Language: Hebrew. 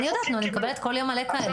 אני יודעת אני מקבלת כל יום מלא כאלו,